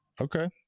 Okay